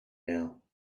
now